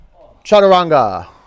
chaturanga